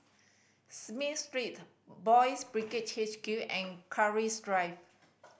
Smith Street Boys' Brigade H Q and Keris Drive